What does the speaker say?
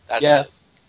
Yes